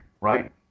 Right